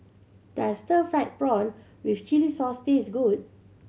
does stir fried prawn with chili sauce taste good